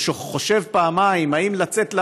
או חושב פעמיים אם לצאת לעבודה,